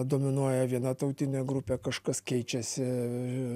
dominuoja viena tautinė grupė kažkas keičiasi